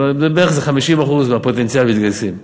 זה בערך איזה 50% מהפוטנציאל מתגייסים.